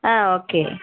ஆ okay